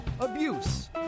abuse